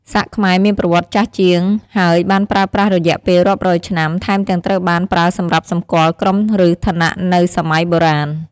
សាក់ខ្មែរ មានប្រវត្តិចាស់ជាងហើយបានប្រើប្រាស់រយៈពេលរាប់រយឆ្នាំ ថែមទាំងត្រូវបានប្រើសម្រាប់សម្គាល់ក្រុមឬឋានៈនៅសម័យបុរាណ។